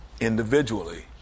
individually